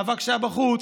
מאבק שהיה בחוץ,